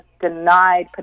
denied